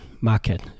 market